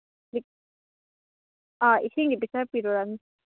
ꯑ ꯏꯁꯤꯡꯗꯤ ꯄꯤꯊꯛꯄꯤꯔꯨꯔꯅꯨ